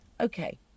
Okay